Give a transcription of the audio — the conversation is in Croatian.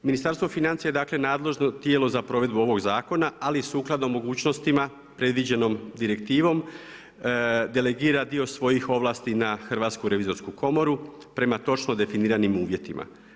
Ministarstvo financija je dakle nadležno tijelo za provedbu ovog zakona, ali sukladno mogućnostima predviđenom direktivom delegira svojih ovlasti na Hrvatsku revizorsku komoru prema točno definiranim uvjetima.